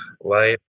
light